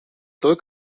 той